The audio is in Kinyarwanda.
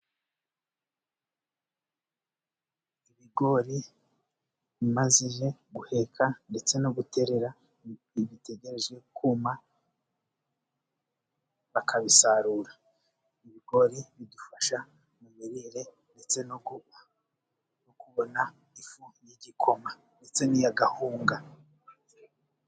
Ibigori bimaze guheka ndetse no guterera bitegereje kuma, bakabisarura. Ibigori bidufasha mu mirire, ndetse no kubona ifu y'igikoma ndetse n'iy'akawunga.